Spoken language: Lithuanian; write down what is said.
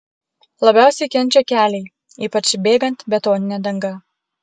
labiausiai kenčia keliai ypač bėgant betonine danga